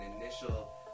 initial